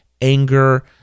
anger